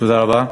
תודה רבה.